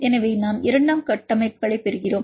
எனவே நாம் இரண்டாம் கட்டமைப்புகளைப் பார்க்கிறோம்